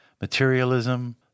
materialism